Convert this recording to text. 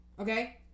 Okay